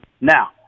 Now